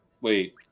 wait